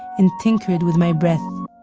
and tinkered with my breath.